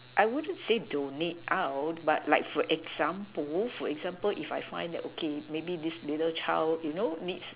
I wouldn't say donate out but like for example for example if I find that okay maybe this little child you know needs